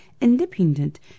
Independent